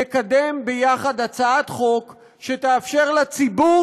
נקדם יחד הצעת חוק שתאפשר לציבור